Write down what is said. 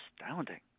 astounding